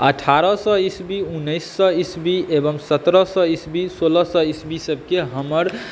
अठारह सए ईसवी उन्नैस सए ईसवी एवं सत्रह सए ईसवी सोलह सए ईसवीसभके हमर